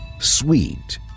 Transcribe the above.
sweet